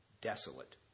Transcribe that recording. desolate